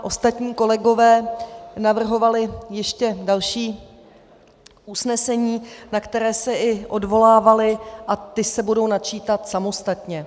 Ostatní kolegové navrhovali ještě další usnesení, na které se i odvolávali, a ta se budou načítat samostatně.